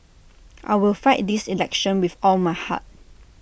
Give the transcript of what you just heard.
I will fight this election with all my heart